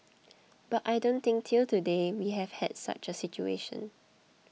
but I don't think till today we have had such a situation